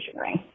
ring